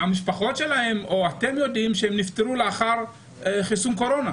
שהמשפחות שלהם או אתם יודעים שהם נפטרו לאחר חיסון קורונה?